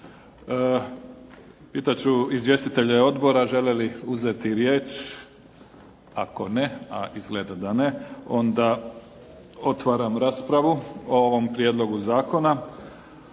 Pitati ću izvjestitelje odbora žele li uzeti riječ? Ako ne, a izgleda da ne, onda otvaram raspravu o ovom prijedlogu zakona.